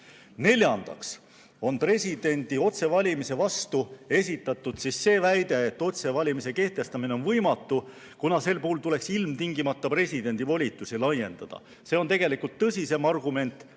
Neljandaks on presidendi otsevalimise vastu esitatud see väide, et otsevalimise kehtestamine on võimatu, kuna sel puhul tuleks ilmtingimata presidendi volitusi laiendada. See on tegelikult tõsisem argument, aga seda